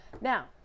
Now